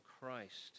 Christ